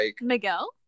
Miguel